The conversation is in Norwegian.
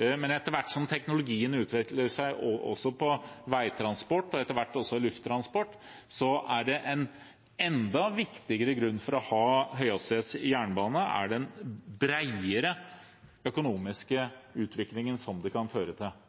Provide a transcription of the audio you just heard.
men etter hvert som teknologien utvikler seg innen veitransport og etter hvert også innen lufttransport, er en enda viktigere grunn til å ha høyhastighetsjernbane den bredere økonomiske utviklingen det kan føre til.